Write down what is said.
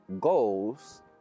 goals